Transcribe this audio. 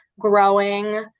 growing